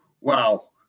Wow